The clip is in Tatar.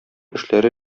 эшләре